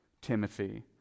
Timothy